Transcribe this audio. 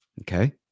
Okay